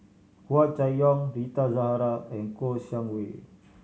Hua Chai Yong Rita Zahara and Kouo Shang Wei